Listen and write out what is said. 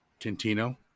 Tintino